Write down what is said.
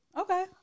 Okay